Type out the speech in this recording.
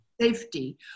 safety